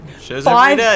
five